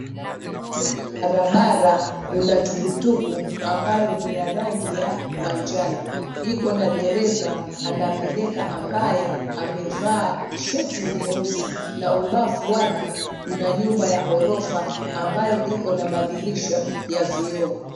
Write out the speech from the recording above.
Kwenye barabara kuna tukutuku ambayo ni ya rangi ya manjano, iko na dereva anapeleka ambaye amevaa shuti nyeusi na ubavu wake kuna nyumba ya ghorofa ambayo iko na madirisha ya vioo.